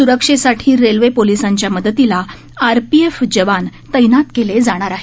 स्रक्षेसाठी रेल्वे पोलिसांच्या मदतीला आरपीएफ जवान तैनात केले जाणार आहेत